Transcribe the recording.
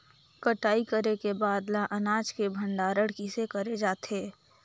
कटाई करे के बाद ल अनाज के भंडारण किसे करे जाथे?